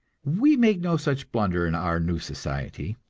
we make no such blunder in our new society.